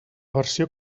versió